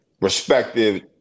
respective